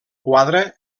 quadre